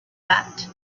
that